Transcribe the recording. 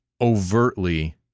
overtly